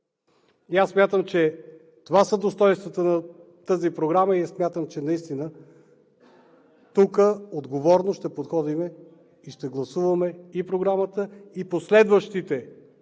Аз смятам, че това са достойнствата на тази програма и смятам, че наистина тук отговорно ще подходим и ще гласуваме и Програмата, и последващите